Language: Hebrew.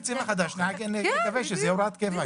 בתקציב החדש נקווה שזאת כבר תהיה הוראת קבע.